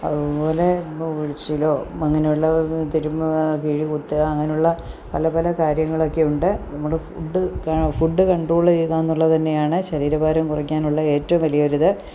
അതുപോലെ ഇപ്പം പിഴിച്ചിലോ അങ്ങനെയുള്ള തിരുമ്മുക കിഴി കുത്തുക അങ്ങനെയുള്ള പല പല കാര്യങ്ങളൊക്കെ ഉണ്ട് നമ്മുടെ ഫുഡ് ഫുഡ് കണ്ട്രോൾ ചെയ്യുക എന്നുള്ളത് തന്നെയാണ് ശരീരഭാരം കുറയ്ക്കാനുള്ള ഏറ്റവും വലിയ ഒരിത്